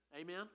Amen